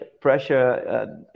pressure